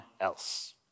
else